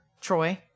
Troy